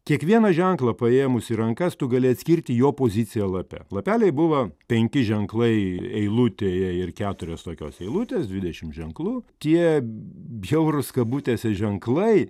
kiekvieną ženklą paėmus į rankas tu gali atskirti jo poziciją lape lapeliai buvo penki ženklai eilutėje ir keturios tokios eilutės dvidešim ženklų tie bjaurūs kabutėse ženklai